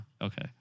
Okay